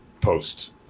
post